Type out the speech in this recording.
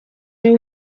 rero